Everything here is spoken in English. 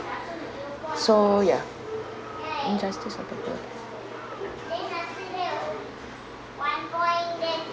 so ya injustice of the world